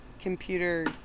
computer